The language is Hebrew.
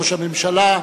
ראש הממשלה.